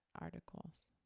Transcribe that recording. articles